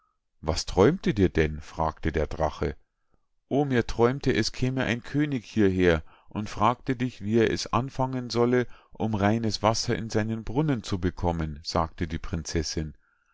was träumte dir denn fragte der drache o mir träumte es käme ein könig hieher und fragte dich wie er es anfangen solle um reines wasser in seinen brunnen zu bekommen sagte die prinzessinn